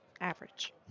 average